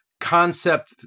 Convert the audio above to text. concept